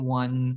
one